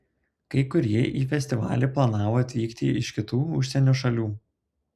kai kurie į festivalį planavo atvykti iš kitų užsienio šalių